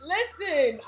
Listen